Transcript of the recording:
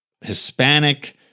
Hispanic